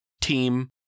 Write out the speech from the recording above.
team